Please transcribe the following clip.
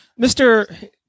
Mr